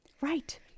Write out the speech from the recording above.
Right